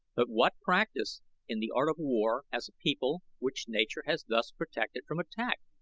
but what practice in the art of war has a people which nature has thus protected from attack?